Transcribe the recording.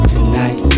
Tonight